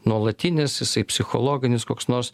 nuolatinis jisai psichologinis koks nors